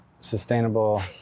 sustainable